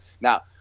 Now